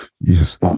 Yes